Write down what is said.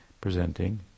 presenting